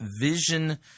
vision